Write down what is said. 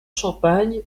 champagne